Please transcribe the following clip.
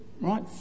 right